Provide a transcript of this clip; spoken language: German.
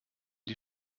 die